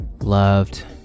loved